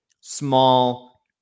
small